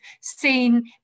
seen